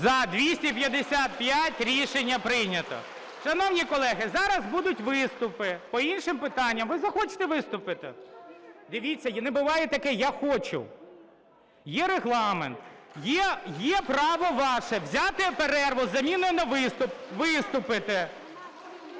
За-255 Рішення прийнято. Шановні колеги, зараз будуть виступи по іншим питанням, ви захочете - виступите. (Шум у залі) Дивіться, не буває таке: "я хоч у". Є Регламент, є право ваше взяти перерву з заміною на виступ, виступити